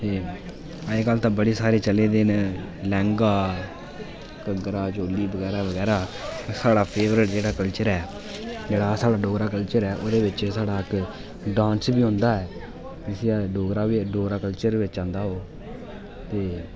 ते अजकल ते बड़े सारे चले दे न लैहंगा घघरा चोली बगैरा बगैरा साढ़ा फेवरेट जेह्ड़ा कल्चर ऐ जेह्ड़ा साढ़ा डोगरा कल्चर ऐ ओह्दे च इक्क डांस बी होंदा ऐ जिसी अस डोगरा कल्चर बिच आंदा ओह्